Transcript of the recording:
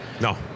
No